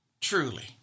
truly